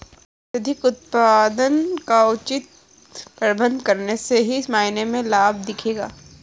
अत्यधिक उत्पादन का उचित प्रबंधन करने से सही मायने में लाभ दिखेगा